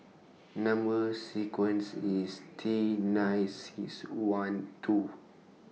Number sequence IS T nine six one two